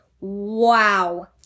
Wow